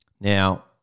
Now